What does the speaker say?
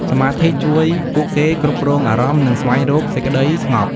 សមាធិជួយពួកគេគ្រប់គ្រងអារម្មណ៍ និងស្វែងរកសេចក្ដីស្ងប់។